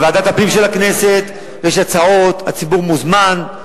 בוועדת הפנים של הכנסת יש הצעות, הציבור מוזמן.